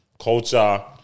culture